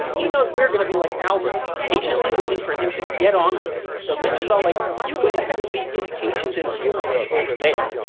he knows we're going to be like albert, patiently waiting for him to get on with it, but lynch is all like, you go ahead and be impatient and humorless over there,